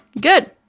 Good